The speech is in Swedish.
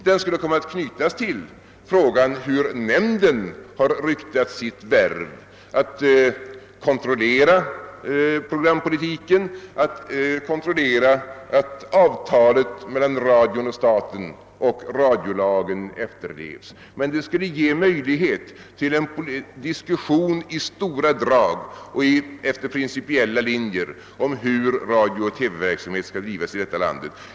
Den skulle komma att knytas till frågan hur nämnden har ryktat sitt värv att kontrollera programpolitiken, att kontrollera att avtalet mellan radion och staten och radiolagen efterlevs, och det skulle ge möjlighet till en diskussion i stora drag och efter principiella linjer om hur radiooch TV-verksamhet skall drivas i detta land.